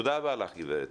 תודה רבה לך גברת.